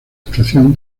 estación